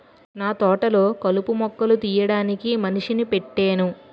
నాతోటలొ కలుపు మొక్కలు తీయడానికి మనిషిని పెట్టేను